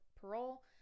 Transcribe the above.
parole